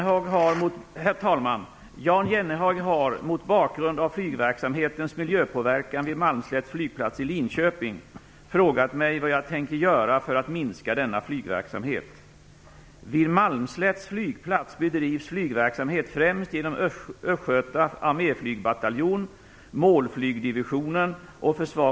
Herr talman! Jan Jennehag har - mot bakgrund av flygverksamhetens miljöpåverkan vid Malmslätts flygplats i Linköping - frågat mig vad jag tänker göra för att minska denna flygverksamhet.